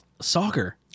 Soccer